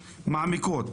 מעמיקות.